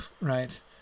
right